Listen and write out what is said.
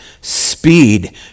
speed